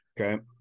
Okay